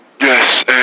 Yes